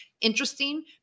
Interesting